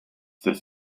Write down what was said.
des